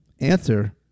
Answer